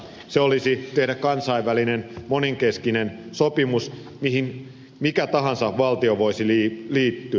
se olisi tehdä kansainvälinen monenkeskinen sopimus johon mikä tahansa valtio voisi liittyä